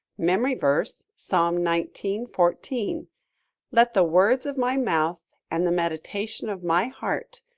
memory verse, psalm nineteen fourteen let the words of my mouth, and the meditation of my heart,